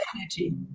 energy